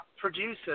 producers